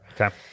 Okay